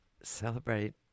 Celebrate